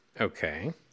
Okay